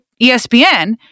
ESPN